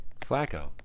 Flacco